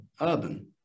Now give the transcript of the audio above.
urban